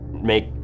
make